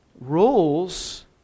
Rules